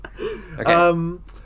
Okay